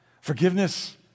Forgiveness